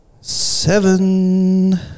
Seven